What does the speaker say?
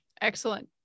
Excellent